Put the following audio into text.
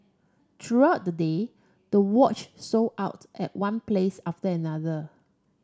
throughout the day the watch sold out at one place after another